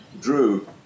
drew